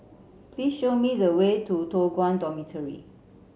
please show me the way to Toh Guan Dormitory